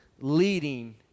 leading